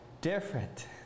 different